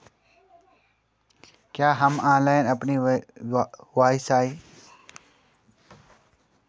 क्या हम ऑनलाइन अपनी के.वाई.सी करा सकते हैं इसका कोई पोर्टल है?